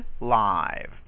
live